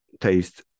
taste